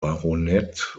baronet